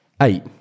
eight